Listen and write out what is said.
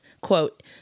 quote